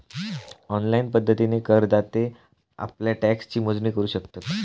online पद्धतीन करदाते आप्ल्या टॅक्सची मोजणी करू शकतत